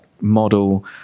model